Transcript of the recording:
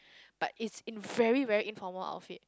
but it's in very very informal outfit